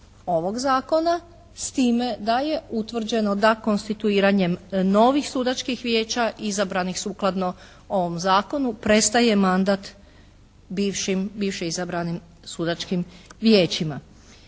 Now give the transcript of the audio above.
ovog Zakona s time da je utvrđeno da konstituiranjem novih sudačkih vijeća izabranih sukladno ovom Zakonu prestaje mandat bivšim izabranim sudačkim vijećima.